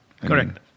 Correct